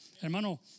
Hermano